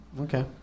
Okay